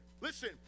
Listen